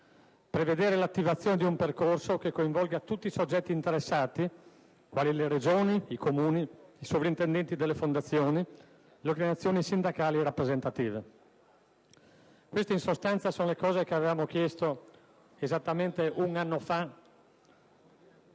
prevedere l'attivazione di un percorso che coinvolga tutti i soggetti interessati, quali le Regioni, i Comuni, i sovrintendenti delle fondazioni, le organizzazioni sindacali rappresentative. Queste, in sostanza, sono le cose che avevamo chiesto esattamente un anno fa,